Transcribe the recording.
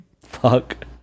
Fuck